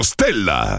Stella